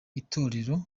itorero